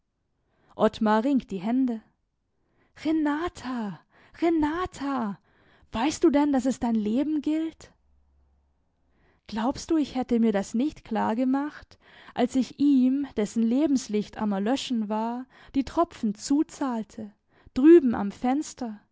ottmar ringt die hände renata renata weißt du denn daß es dein leben gilt glaubst du ich hätte mir das nicht klar gemacht als ich ihm dessen lebenslicht am erlöschen war die tropfen zuzahlte drüben am fenster